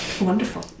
Wonderful